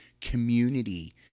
community